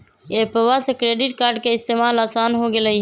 एप्पवा से credit card के इस्तेमाल असान हो गेलई ह